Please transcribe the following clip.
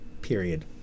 Period